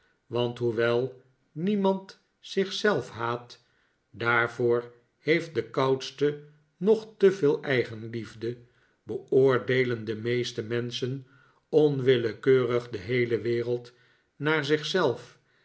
want hoewel niemand zichzelf haat daarvoor heeft de koudste nog te veel eigenliefde beoordeelen de meeste menschen onwillekeurig de heele wereld naar